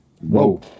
Whoa